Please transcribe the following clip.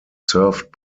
served